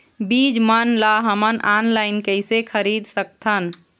बीज मन ला हमन ऑनलाइन कइसे खरीद सकथन?